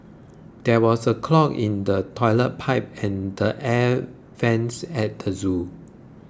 there was a clog in the Toilet Pipe and the Air Vents at the zoo